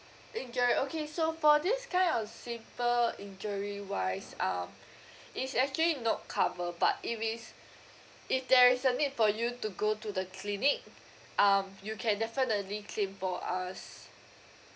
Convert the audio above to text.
injury okay so for this kind of simple injury wise um it's actually not cover but if is if there is a need for you to go to the clinic um you can definitely claim from us